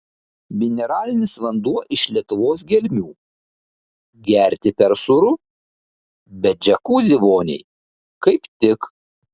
mineralinis vanduo iš lietuvos gelmių gerti per sūru bet džiakuzi voniai kaip tik